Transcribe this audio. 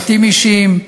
פרטים אישיים,